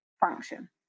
function